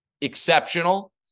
exceptional